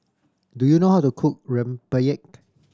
do you know how to cook rempeyek